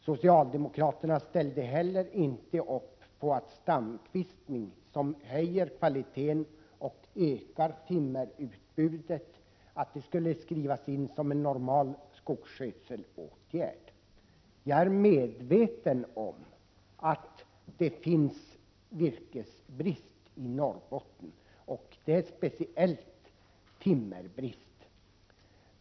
Socialdemokraterna ställde inte heller upp bakom förslaget om att stamkvistning, som höjer kvaliteten och ökar timmerutbudet, skulle skrivas in som en normal skogsskötselåtgärd. Jag är medveten om att det finns virkesbrist i Norrbotten, speciellt timmerbrist.